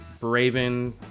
braven